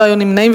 לא היו נמנעים.